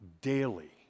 daily